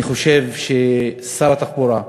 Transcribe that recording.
אני חושב ששר התחבורה,